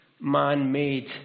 man-made